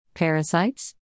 Parasites